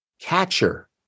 catcher